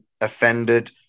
Offended